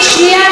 שנייה,